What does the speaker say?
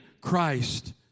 Christ